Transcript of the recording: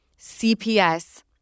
CPS